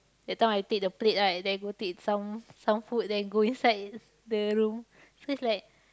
that time I take the plate right then I go take some some food then go inside the room so it's like